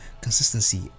consistency